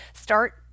Start